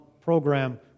program